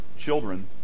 children